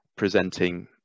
presenting